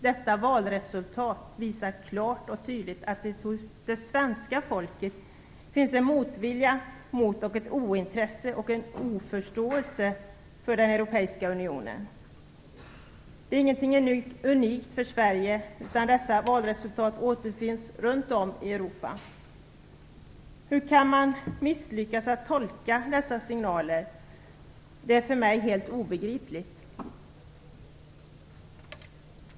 Detta valresultat visar klart och tydligt att det hos det svenska folket finns en motvilja mot och ett ointresse och en oförståelse för den europeiska unionen. Detta är ingenting unikt för Sverige, utan dessa valresultat återfinns runt om i Europa. Hur kan man misslyckas att tolka dessa signaler? Det är för mig helt obegripligt.